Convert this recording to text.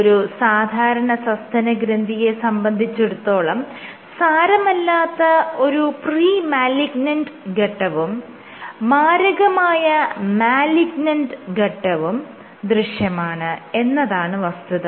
ഒരു സാധാരണ സസ്തനഗ്രന്ഥിയെ സംബന്ധിച്ചിടത്തോളം സാരമല്ലാത്ത ഒരു പ്രീ മാലിഗ്നന്റ് ഘട്ടവും മാരകമായ മാലിഗ്നന്റ് ഘട്ടവും ദൃശ്യമാണ് എന്നതാണ് വസ്തുത